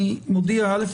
אני מודיע אל"ף,